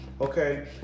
okay